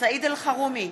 סעיד אלחרומי,